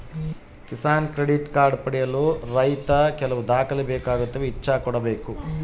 Kisan credit card ಪಡೆಯಲು ರೈತ ಕೆಲವು ದಾಖಲೆ ಬೇಕಾಗುತ್ತವೆ ಇಚ್ಚಾ ಕೂಡ ಬೇಕು